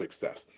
success